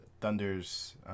Thunder's